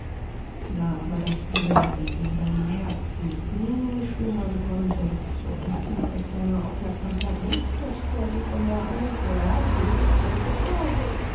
da aber das böse in seinem herzen nie schlummern konnte so entging es seiner aufmerksamkeit nicht daß der dicke herr eine sehr wohlgefüllte börse